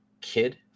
kid